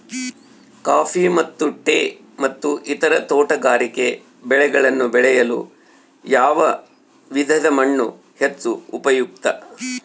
Coffee ಮತ್ತು tea ಮತ್ತು ಇತರ ತೋಟಗಾರಿಕೆ ಬೆಳೆಗಳನ್ನು ಬೆಳೆಯಲು ಯಾವ ವಿಧದ ಮಣ್ಣು ಹೆಚ್ಚು ಉಪಯುಕ್ತ?